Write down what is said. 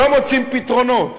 לא מוצאים פתרונות.